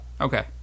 okay